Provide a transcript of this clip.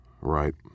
Right